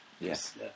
Yes